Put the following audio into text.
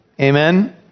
Amen